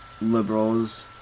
liberals